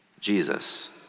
Jesus